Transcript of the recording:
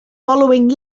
following